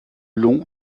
long